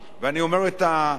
גם בשמו של שר המשפטים,